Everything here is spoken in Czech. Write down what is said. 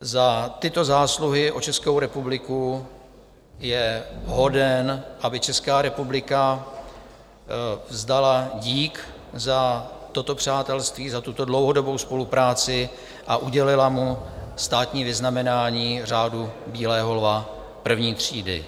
Za tyto zásluhy o Českou republiku je hoden, aby Česká republika vzdala dík za toto přátelství, za tuto dlouhodobou spolupráci, a udělila mu státní vyznamenání Řádu bílého lva I. třídy.